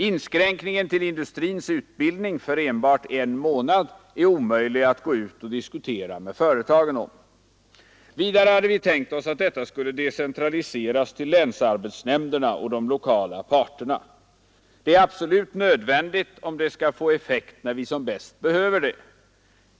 Inskränkning till industrins utbildning för enbart 1 månad är omöjlig att gå ut och diskutera med företagen om. Vidare hade vi tänkt oss att detta skulle decentraliseras till länsarbetsnämnderna och de lokala parterna. Det är absolut nödvändigt om det skall få effekt när vi som bäst behöver det.